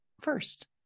first